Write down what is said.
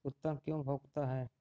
कुत्ता क्यों भौंकता है?